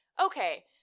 okay